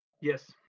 Yes